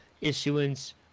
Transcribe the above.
issuance